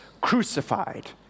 crucified